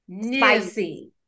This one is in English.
spicy